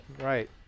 Right